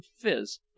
fizz